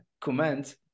comment